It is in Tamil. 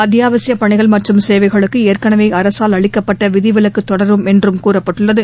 அத்தியாவசியப் பணிகள் மற்றும் சேவைகளுக்கு ஏற்கனவே அரசால் அளிக்கப்பட்ட விதிவிலக்கு தொடரும் என்று கூறப்பட்டுள்ளது